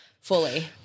fully